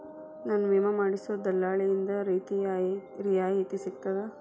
ನನ್ನ ವಿಮಾ ಮಾಡಿಸೊ ದಲ್ಲಾಳಿಂದ ರಿಯಾಯಿತಿ ಸಿಗ್ತದಾ?